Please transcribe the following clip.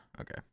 okay